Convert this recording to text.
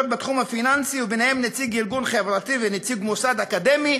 בתחום הפיננסי וביניהם נציג ארגון חברתי ונציג מוסד אקדמי,